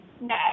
No